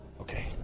Okay